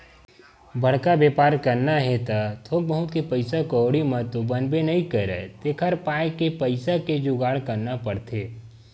बड़का बेपार करना हे त थोक बहुत के पइसा कउड़ी म तो बनबे नइ करय तेखर पाय के पइसा के जुगाड़ करना पड़थे